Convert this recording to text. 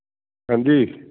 ਹਾਂਜੀ